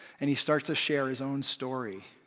and he starts to share his own story.